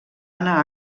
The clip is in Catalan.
anar